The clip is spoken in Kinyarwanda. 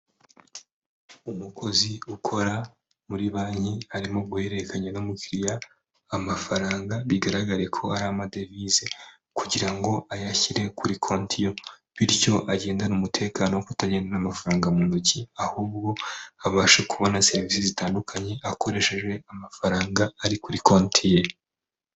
Umukozi ukora muri banki arimo guhererekanya n'umukiriya amafaranga bigaragare ko ari amadevize kugira ngo ayashyire kuri kontiyo, bityo agendanana umutekano wo kutagendana amafaranga mu ntoki ahubwo abashe kubona serivisi zitandukanye akoresheje amafaranga ari kuri konti ye.